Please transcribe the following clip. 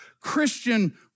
Christian